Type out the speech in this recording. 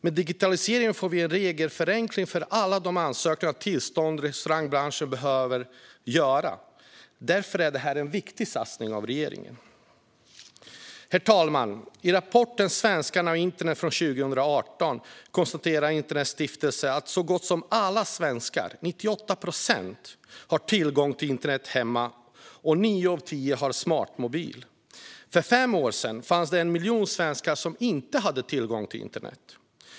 Med digitaliseringen får vi en regelförenkling för alla de ansökningar av tillstånd som restaurangbranschen behöver göra. Därför är detta en viktig satsning från regeringen. Herr talman! I rapporten Svenskarna och internet från 2018 konstaterar Internetstiftelsen att så gott som alla svenskar, 98 procent, har tillgång till internet hemma och nio av tio har en smartmobil. För fem år sedan hade 1 miljon svenskar inte tillgång till internet.